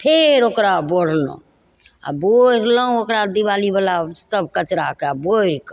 फेर ओकरा बोरलहुँ आओर बोरलहुँ ओकरा दीवालीवला सब कचराके बोरि कऽ